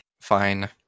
fine